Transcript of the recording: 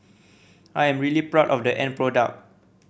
I am really proud of the end product